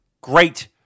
great